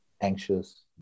anxious